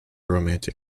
romantic